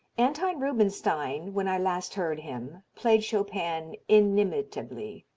anton rubinstein, when i last heard him, played chopin inimitably.